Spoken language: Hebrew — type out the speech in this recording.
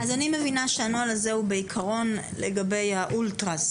אז אני מבינה שהנוהל הזה הוא בעיקרון לגבי האולטראס